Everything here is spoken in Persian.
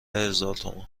هزارتومان